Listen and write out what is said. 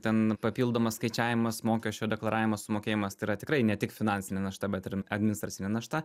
ten papildomas skaičiavimas mokesčio deklaravimo sumokėjimas tai yra tikrai ne tik finansinė našta bet ir administracinė našta